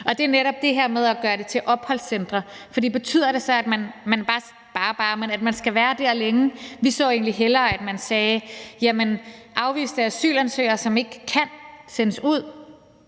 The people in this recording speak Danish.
og det er netop det her med at gøre det til opholdscentre. For betyder det så, at man skal være der længe? Vi så egentlig hellere, at man sagde, at afviste asylansøgere, som ikke kan sendes ud,